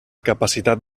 capacitat